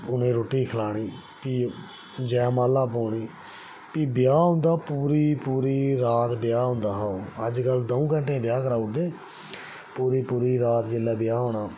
उ'नें रुट्टी खलानी फ्ही जय माला पौनी फ्ही ब्याह् होंदा पूरी पूरी रात ब्याह् होंदा हा ओह् अज्जकल द'ऊं घैंटे च ब्याह् कराई उड़दे पूरी पूरी रात जेल्लै ब्याह् होना